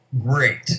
great